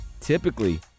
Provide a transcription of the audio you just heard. Typically